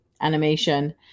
animation